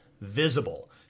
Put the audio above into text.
visible